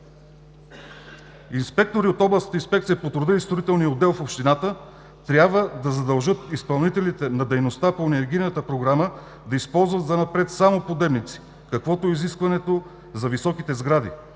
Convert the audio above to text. Инспектори от областната Инспекция по труда и строителният отдел в общината трябва да задължат изпълнителите на дейността по енергийната програма да използват занапред само подемници, каквото е изискването за високите сгради.